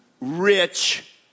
rich